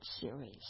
series